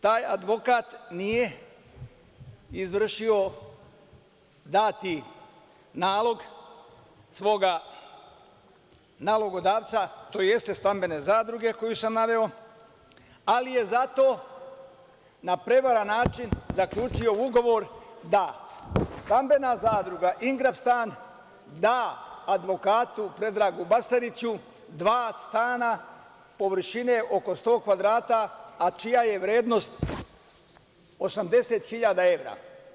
Taj advokat nije izvršio dati nalog svog nalogodavca, tj. Stambene zadruge koju sam naveo, ali je zato na prevaren način zaključio ugovor da Stambena zadruga „Ingrap stan“ da advokatu Predragu Basariću dva stana površine oko 100 kvadrata, a čija je vrednost 80.000 evra.